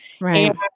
right